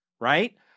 right